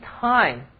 time